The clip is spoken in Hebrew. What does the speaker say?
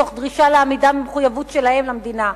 תוך דרישה להעמידם במחויבות שלהם למדינה.